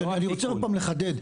אני רוצה עוד פעם לחדד,